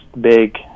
big